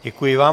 Děkuji vám.